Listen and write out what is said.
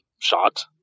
shot